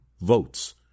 votes